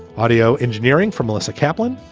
audio engineering for melissa kaplin.